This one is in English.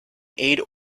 aid